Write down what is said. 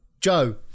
Joe